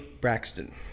Braxton